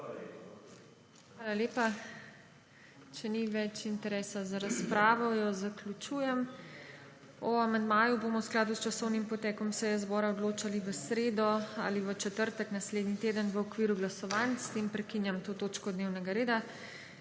Hvala lepa. Če ni več interesa za razpravo, jo zaključujem. O amandmaju bomo v skladu s časovnim potekom seje zbora odločali v sredo ali četrtek naslednji teden v okviru glasovanj. S tem prekinjam to točko dnevnega reda.